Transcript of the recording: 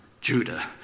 Judah